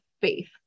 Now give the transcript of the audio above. faith